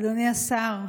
אדוני השר,